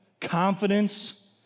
confidence